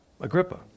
Agrippa